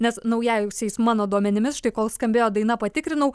nes naujausiais mano duomenimis štai kol skambėjo daina patikrinau